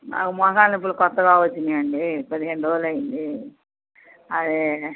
నాకు మోకాళ్ళ నొప్పులు కొత్తగా వచ్చాయండి పదిహేను రోజులు అయింది